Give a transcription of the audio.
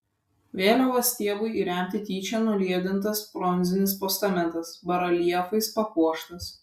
vėliavos stiebui įremti tyčia nuliedintas bronzinis postamentas bareljefais papuoštas